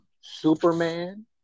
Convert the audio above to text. Superman